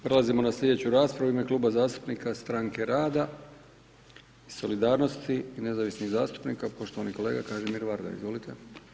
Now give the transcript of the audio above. Prelazimo na slijedeću raspravu, u ime Kluba zastupnika Stranke rade i solidarnosti i Nezavisnih zastupnika, poštovani kolega Kažimir Varda, izvolite.